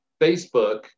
Facebook